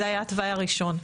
זה היה התוואי הראשון.